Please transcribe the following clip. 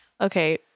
Okay